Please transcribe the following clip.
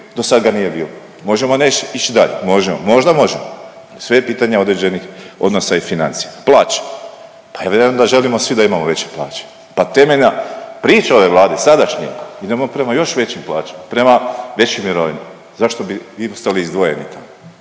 Do sad ga nije bilo. Možemo ići dalje, možemo, možda možemo, sve je pitanje određenih odnosa i financija. Plaće. Pa ja vjerujem da želimo svi da imamo veće plaće. Pa temeljna priča ove Vlade sadašnje idemo prema još većim plaćama, prema većim mirovinama. Zašto bi vi ostali izdvojeni?